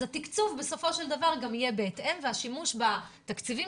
אז התקצוב בסופו של דבר גם יהיה בהתאם והשימוש בתקציבים